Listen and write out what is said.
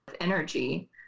energy